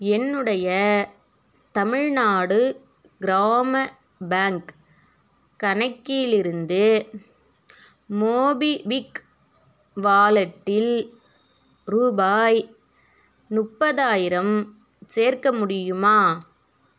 என்னுடைய தமிழ்நாடு கிராம பேங்க் கணக்கிலிருந்து மோபிவிக் வாலெட்டில் ரூபாய் முப்பதாயிரம் சேர்க்க முடியுமா